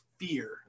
fear